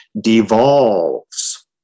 devolves